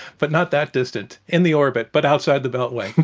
but not that distant. in the orbit, but outside the beltway.